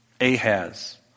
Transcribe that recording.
Ahaz